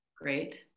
Great